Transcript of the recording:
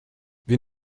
wir